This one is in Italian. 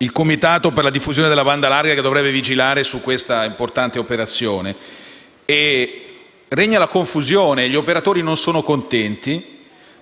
il comitato per la diffusione della banda larga, che dovrebbe vigilare su questa importante operazione; regna la confusione e gli operatori non sono contenti;